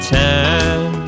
time